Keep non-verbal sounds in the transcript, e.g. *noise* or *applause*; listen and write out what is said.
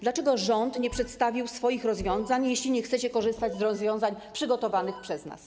Dlaczego rząd *noise* nie przedstawił swoich rozwiązań, jeśli nie chcecie korzystać z rozwiązań przygotowanych przez nas?